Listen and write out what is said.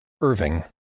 Irving